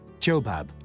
Jobab